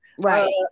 Right